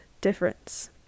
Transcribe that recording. difference